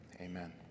amen